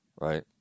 Right